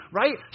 right